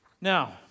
Now